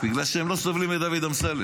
בגלל שהם לא סובלים את דוד אמסלם,